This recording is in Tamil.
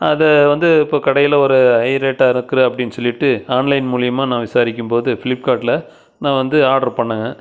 அதை வந்து இப்போ கடையில் ஒரு ஹை ரேட்டாக இருக்குதே அப்படின்னு சொல்லிவிட்டு ஆன்லைன் மூலியமாக நான் விசாரிக்கும்போது ஃபிளிப்கார்ட்டில நான் வந்து ஆர்டர் பண்ணங்க